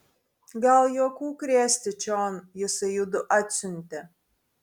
gal juokų krėsti čion jisai judu atsiuntė